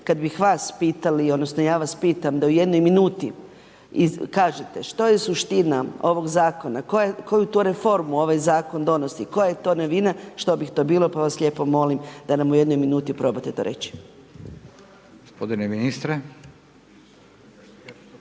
Kada bi vas pitali odnosno ja vas pitam da u jednoj minuti kažete što je suština ovoga zakona, koju to reformu ovaj zakon donosi, koja je to novina, što bih to bilo? Pa vas lijepo molim da nam u jednoj minuti probate to reći.